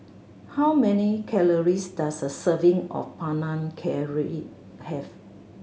how many calories does a serving of Panang Curry have